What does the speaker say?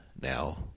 now